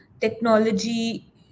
technology